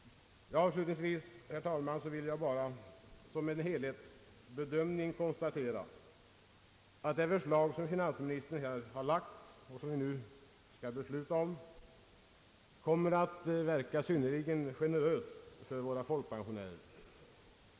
Avslutningsvis, herr talman, vill jag bara som helhetsbedömning konstatera att det förslag som finansministern har lagt fram och som vi nu skall besluta om kommer att verka synnerligen generöst för våra folkpensionärer.